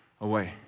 away